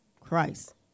Christ